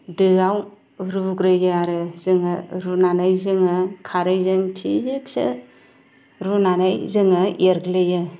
दोयाव रुग्रोयो आरो जोङो रुनानै जोङो खारैजों थिगसाय रुनानै जोङो एरग्लियो